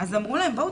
אז אמרו להם "בואו,